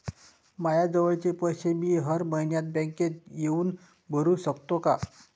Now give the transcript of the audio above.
मायाजवळचे पैसे मी हर मइन्यात बँकेत येऊन भरू सकतो का?